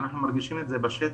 אנחנו מרגישים את זה בשטח,